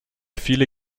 viele